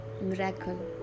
miracle